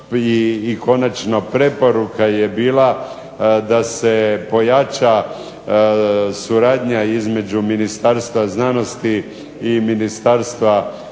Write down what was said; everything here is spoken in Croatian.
i konačno preporuka je bila da se pojača suradnja između Ministarstva znanosti i Ministarstva